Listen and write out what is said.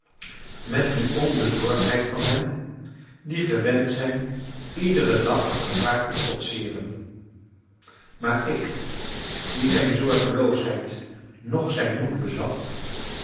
met die onbezorgdheid van hen die gewend zijn iederen dag het gevaar te trotseeren maar ik die zijn zorgeloosheid noch zijn moed bezat